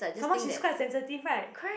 some more she's quite sensitive right